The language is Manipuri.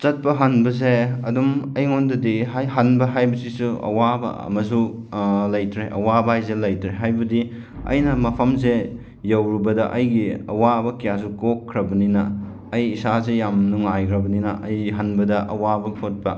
ꯆꯠꯄ ꯍꯟꯕꯁꯦ ꯑꯗꯨꯝ ꯑꯩꯉꯣꯟꯗꯗꯤ ꯉꯁꯥꯏ ꯍꯟꯕ ꯍꯥꯏꯕꯁꯤꯁꯨ ꯑꯋꯥꯕ ꯑꯃꯁꯨ ꯂꯩꯇ꯭ꯔꯦ ꯑꯋꯥꯕ ꯍꯥꯏꯁꯦ ꯂꯩꯇ꯭ꯔꯦ ꯍꯥꯏꯕꯗꯤ ꯑꯩꯅ ꯃꯐꯝꯁꯦ ꯌꯧꯔꯨꯕꯗ ꯑꯩꯒꯤ ꯑꯋꯥꯕ ꯀꯌꯥꯁꯨ ꯀꯣꯛꯈ꯭ꯔꯕꯅꯤꯅ ꯑꯩ ꯏꯁꯥꯁꯦ ꯌꯥꯝ ꯅꯨꯡꯉꯥꯏꯈ꯭ꯔꯕꯅꯤꯅ ꯑꯩ ꯍꯟꯕꯗ ꯑꯋꯥꯕ ꯈꯣꯠꯄ